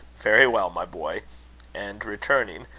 very well, my boy and, returning,